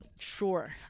sure